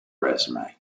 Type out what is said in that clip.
resume